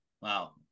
Wow